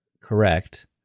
correct